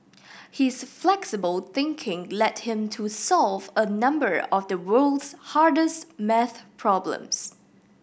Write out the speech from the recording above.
his flexible thinking led him to solve a number of the world's hardest math problems